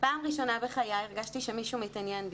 פעם ראשונה בחיי הרגשתי שמישהו מתעניין בי.